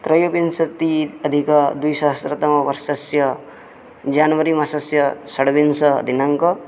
त्रयोविंशति अधिकद्विसहस्रतमवर्षस्य जान्वरि मासस्य षड्विंशदिनाङ्कः